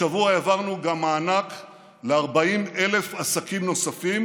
השבוע העברנו מענק גם ל-40,000 עסקים נוספים,